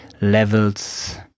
levels